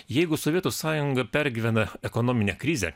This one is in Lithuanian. jeigu sovietų sąjunga pergyvena ekonominę krizę